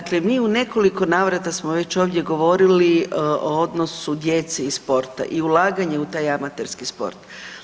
Dakle, mi u nekoliko navrata smo već ovdje govorili o odnosu djece i sporta i ulaganje u taj amaterski sport.